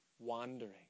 wandering